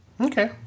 Okay